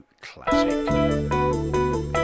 classic